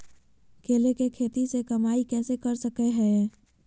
केले के खेती से कमाई कैसे कर सकय हयय?